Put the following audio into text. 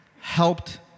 helped